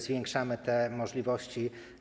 Zwiększamy te możliwości.